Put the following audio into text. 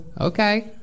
Okay